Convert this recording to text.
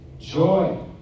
joy